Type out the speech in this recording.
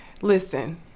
Listen